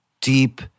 deep